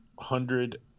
hundred